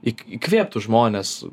įk įkvėptų žmones